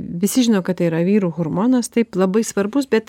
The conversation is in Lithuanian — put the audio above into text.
visi žino kad tai yra vyrų hormonas taip labai svarbus bet